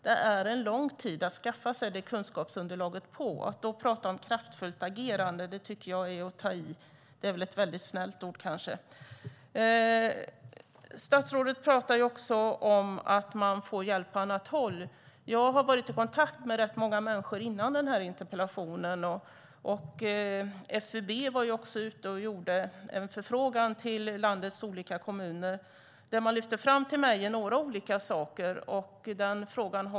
Det är lång tid för att skaffa sig kunskapsunderlaget. Att då tala om ett kraftfullt agerande är att ta i - ett snällt ord. Statsrådet talar om att få hjälp på annat håll. Innan jag ställde min interpellation var jag i kontakt med rätt många människor. FUB har lämnat en förfrågan till landets olika kommuner där olika saker lyfts fram.